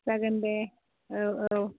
जागोन दे औ औ